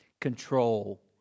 control